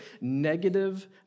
negative